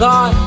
God